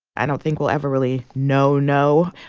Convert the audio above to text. i don't think we'll ever really know know.